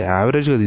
average